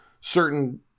certain